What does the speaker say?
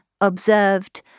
observed